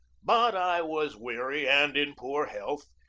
but i was weary and in poor health,